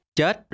Chết